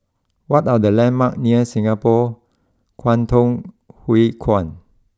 what are the landmarks near Singapore Kwangtung Hui Kuan